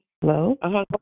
Hello